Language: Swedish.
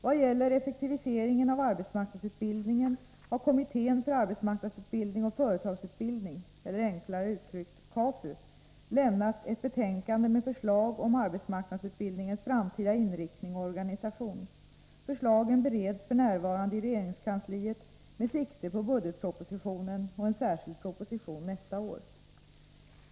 Vad gäller effektiviseringen av arbetsmarknadsutbildningen har kommittén för arbetsmarknadsutbildning och företagsutbildning, eller enklare uttryckt KAFU, lämnat ett betänkande med förslag om arbetsmarknadsutbildningens framtida inriktning och organisation. Förslagen bereds f. n. i regeringskansliet, med sikte på budgetpropositionen och en särskild proposition nästa år.